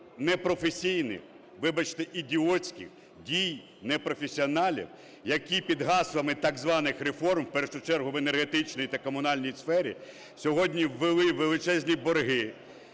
непрофесійних, вибачте, ідіотських дій непрофесіоналів, які під гаслами так званих реформ, в першу чергу в енергетичній та комунальній сфері, сьогодні ввели в величезні борги